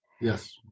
Yes